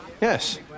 Yes